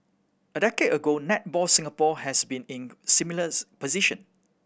a decade ago Netball Singapore had been in a similar position